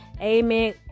Amen